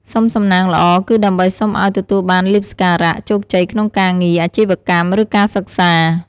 សុំសំណាងល្អ គឺដើម្បីសុំឱ្យ ទទួលបានលាភសក្ការៈ ជោគជ័យក្នុងការងារ អាជីវកម្ម ឬ ការសិក្សា។